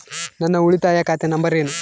ನನ್ನ ಉಳಿತಾಯ ಖಾತೆ ನಂಬರ್ ಏನು?